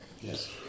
Yes